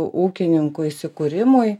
ūkininkų įsikūrimui